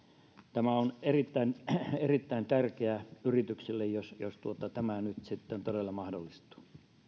tämä on erittäin erittäin tärkeä yrityksille jos jos tämä nyt sitten todella mahdollistuu